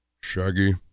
shaggy